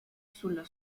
sulla